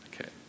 Okay